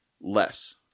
less